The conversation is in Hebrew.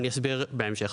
ואני אסביר בהמשך.